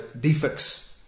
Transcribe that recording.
defects